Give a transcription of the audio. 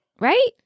right